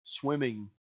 swimming